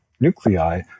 nuclei